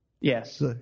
Yes